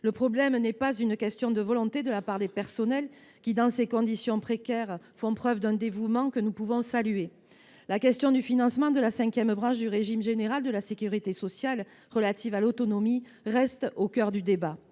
des 95 %. Ce n’est pas une question de volonté de la part des membres du personnel de ces établissements : dans ces conditions précaires, ils font preuve d’un dévouement que nous pouvons saluer. La question du financement de la cinquième branche du régime général de la sécurité sociale, relative à l’autonomie, reste au cœur du débat.